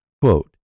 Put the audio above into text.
Quote